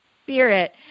Spirit